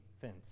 fence